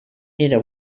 era